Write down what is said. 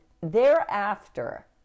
thereafter